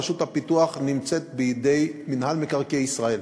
רשות הפיתוח נמצאת בידי מינהל מקרקעי ישראל.